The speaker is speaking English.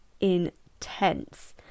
intense